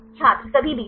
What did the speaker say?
छात्र सभी बीटा